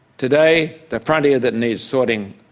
today the frontier that needs sorting